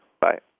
Bye